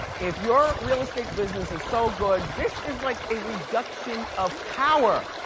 if your real estate business is so good, this is like a reduction of power.